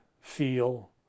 feel